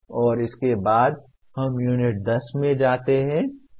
और इसके बाद हम यूनिट 10 में जाते हैं